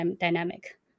dynamic